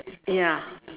ya